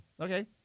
Okay